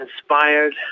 inspired